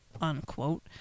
unquote